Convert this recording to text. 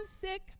sick